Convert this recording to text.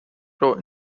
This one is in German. row